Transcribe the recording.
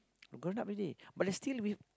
grown up already but they still were